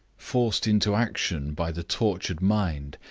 forced into action by the tortured mind,